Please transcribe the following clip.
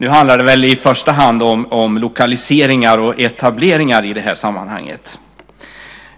Nu handlar det i första hand om lokaliseringar och etableringar i det här sammanhanget.